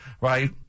right